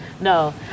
No